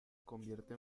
convierte